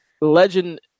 legend